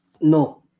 No